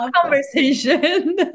conversation